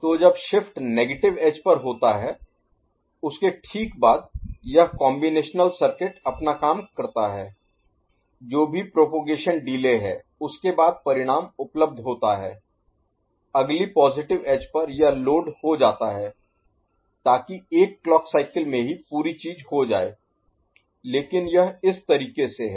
तो जब shift negative edge पर होता है उसके ठीक बाद यह कॉम्बिनेशनल सर्किट अपना काम करता है जो भी प्रोपगेशन डिले Propagation Delay प्रसार देरी है उसके बाद परिणाम उपलब्ध होता है अगली पॉजिटिव एज पर यह लोड हो जाता है ताकि एक क्लॉक साइकिल में ही पूरी चीज हो जाए लेकिन यह इस तरीके से है